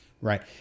right